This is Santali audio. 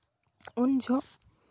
ᱩᱱ ᱡᱚᱦᱚᱜ